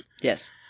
Yes